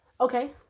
Okay